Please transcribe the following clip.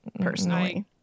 personally